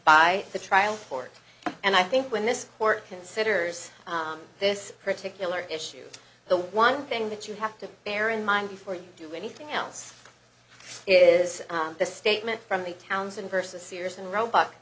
by the trial court and i think when this court considers this particular issue the one thing that you have to bear in mind before you do anything else is the statement from the townsend versus sears and roebuck